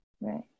Right